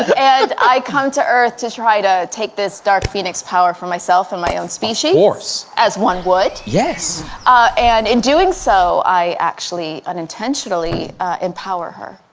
and i come to earth to try to take this dark phoenix power for myself and my own species force as one would yes and in doing so i actually unintentionally empower her